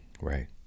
Right